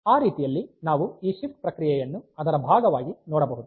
ಆ ರೀತಿಯಲ್ಲಿ ನಾವು ಈ ಶಿಫ್ಟ್ ಪ್ರಕ್ರಿಯೆಯನ್ನು ಅದರ ಭಾಗವಾಗಿ ನೋಡಬಹುದು